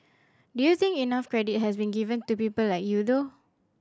do you think enough credit has been given to people like you though